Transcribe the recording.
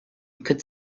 could